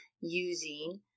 using